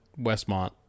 Westmont